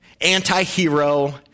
anti-hero